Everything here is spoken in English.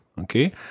Okay